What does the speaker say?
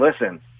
listen